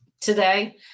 today